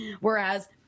whereas